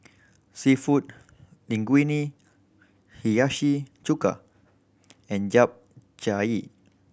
Seafood Linguine Hiyashi Chuka and Japchae